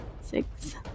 Six